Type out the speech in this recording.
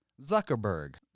Zuckerberg